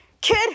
Kid